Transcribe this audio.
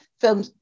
film